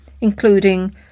including